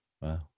Wow